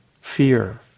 Fear